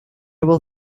will